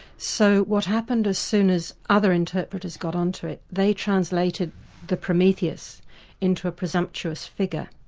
so what happened as soon as other interpreters got onto it, they translated the prometheus into a presumptuous figure.